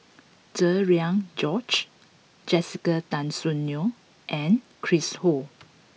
Cherian George Jessica Tan Soon Neo and Chris Ho